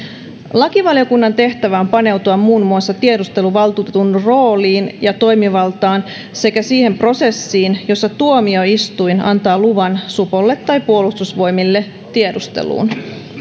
lakivaliokunnan tehtävä on paneutua muun muassa tiedusteluvaltuutetun rooliin ja toimivaltaan sekä siihen prosessiin jossa tuomioistuin antaa luvan supolle tai puolustusvoimille tiedusteluun